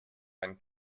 einen